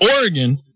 Oregon